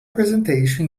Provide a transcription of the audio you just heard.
presentation